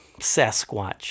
Sasquatch